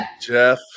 Jeff